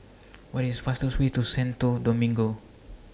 What IS The fastest Way to Santo Domingo